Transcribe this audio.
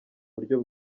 buryo